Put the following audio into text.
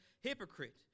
Hypocrite